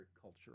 culture